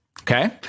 Okay